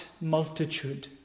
multitude